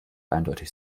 eindeutig